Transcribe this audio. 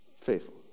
Faithful